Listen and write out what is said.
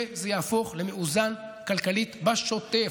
וזה יהפוך למאוזן כלכלית בשוטף.